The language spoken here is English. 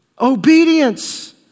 Obedience